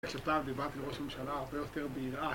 אני חושב שפעם דיברתי לראש הממשלה הרבה יותר ביראה.